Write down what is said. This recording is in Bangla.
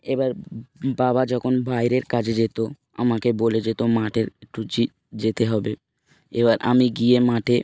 এবার বাবা যখন বাইরের কাজে যেত আমাকে বলে যেত মাঠের একটু জি যেতে হবে এবার আমি গিয়ে মাঠে